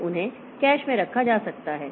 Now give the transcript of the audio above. तो उन्हें कैश में रखा जा सकता है